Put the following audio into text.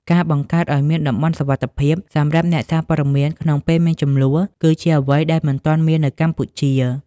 ការបង្កើតឱ្យមាន "តំបន់សុវត្ថិភាព" សម្រាប់អ្នកសារព័ត៌មានក្នុងពេលមានជម្លោះ គឺជាអ្វីដែលមិនទាន់មាននៅកម្ពុជា។